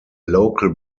local